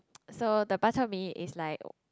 so the bak-chor-mee is like